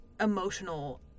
emotional